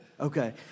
Okay